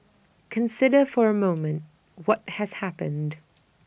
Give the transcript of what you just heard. consider for A moment what has happened